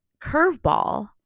curveball